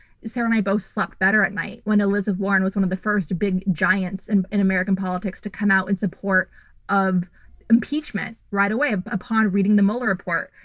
sarah and i both slept better at night when elizabeth warren was one of the first big giants and in american politics to come out in support of impeachment right away. ah upon reading the mueller report,